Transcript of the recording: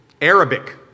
Arabic